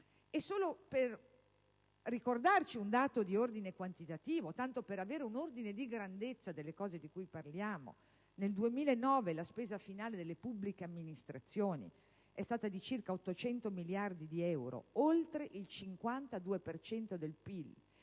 Desidero ricordare un dato di ordine quantitativo, tanto per avere un ordine di grandezza delle cose di cui parliamo: nel 2009 la spesa finale delle pubbliche amministrazioni è stata di circa 800 miliardi di euro, oltre il 52 per